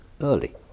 early